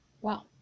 wow